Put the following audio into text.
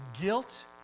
guilt